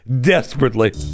desperately